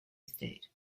estate